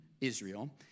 Israel